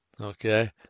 Okay